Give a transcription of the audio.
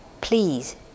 please